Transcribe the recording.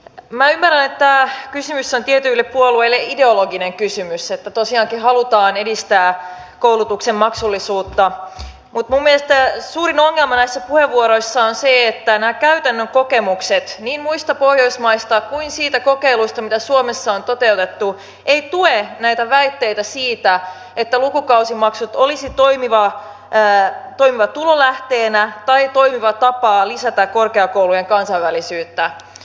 minä ymmärrän että kysymys on tietyille puolueille ideologinen kysymys tosiaankin halutaan edistää koulutuksen maksullisuutta mutta minun mielestäni suurin ongelma näissä puheenvuoroissa on se että nämä käytännön kokemukset niin muista pohjoismaista kuin siitä kokeilusta mitä suomessa on toteutettu eivät tue näitä väitteitä siitä että lukukausimaksut olisivat toimiva tulolähde tai toimiva tapa lisätä korkeakoulujen kansainvälisyyttä